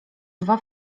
dwa